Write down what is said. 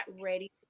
ready